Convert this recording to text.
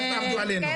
אל תעבדו עלינו.